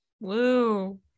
Woo